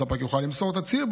הספק יוכל למסור תצהיר,